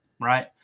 right